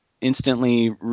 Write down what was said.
instantly